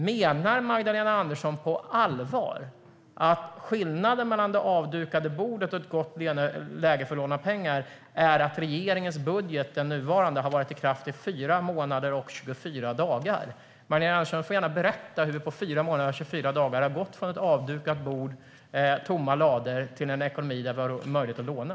Menar Magdalena Andersson på allvar att skillnaden mellan det avdukade bordet och ett gott läge att låna pengar är att regeringens nuvarande budget har varit i kraft i fyra månader och 24 dagar? Magdalena Andersson får gärna berätta hur vi på fyra månader och 24 dagar har gått från ett avdukat bord och tomma lador till en ekonomi där vi har möjlighet att låna.